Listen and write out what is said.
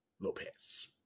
Lopez